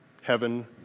heaven